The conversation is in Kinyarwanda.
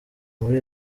muri